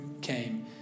came